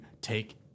take